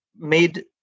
made